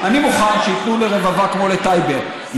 אני לא חושב שזה ראוי שאת תדברי בנושא הזה.